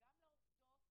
גם לעובדות.